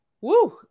Woo